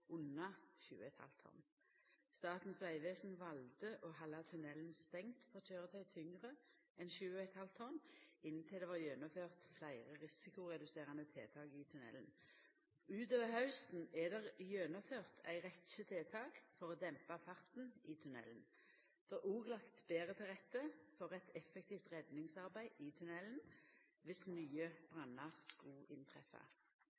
under 7,5 tonn. Statens vegvesen valde å halda tunnelen stengd for køyretøy tyngre enn 7,5 tonn inntil det var gjennomført fleire risikoreduserande tiltak i tunnelen. Utover hausten er det gjennomført ei rekkje tiltak for å dempa farten i tunnelen. Det er òg lagt betre til rette for eit effektivt redningsarbeid i tunnelen dersom nye